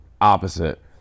opposite